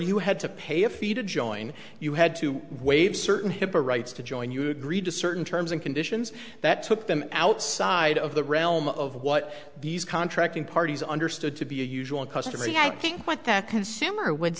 you had to pay a fee to join you had to waive certain hipaa rights to join you agree to certain terms and conditions that took them outside of the realm of what these contracting parties understood to be a usual and customary i think what the consumer would